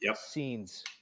scenes